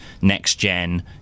next-gen